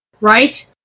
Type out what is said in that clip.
right